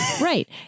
Right